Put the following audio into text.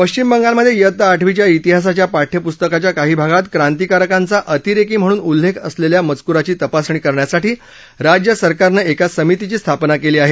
पश्विम बंगालमध्ये वित्ता आठवीच्या वित्हासाच्या पाठ्यपुस्तकाच्या काही भागात क्रांतिकारकांचा अतिरेकी म्हणून उल्लेख असलेल्या मजकुराची तपासणी करण्यासाठी राज्य सरकारनं एका समितीची स्थापना केली आहे